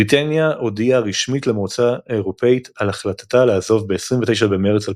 בריטניה הודיעה רשמית למועצה האירופית על החלטתה לעזוב ב-29 במרץ 2017,